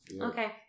Okay